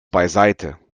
beiseite